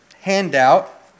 handout